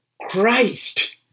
Christ